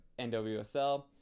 NWSL